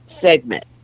segment